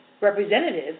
representative